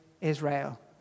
israel